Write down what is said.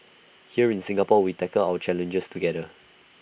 here in Singapore we tackle our challenges together